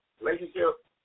relationship